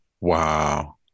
Wow